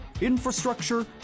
infrastructure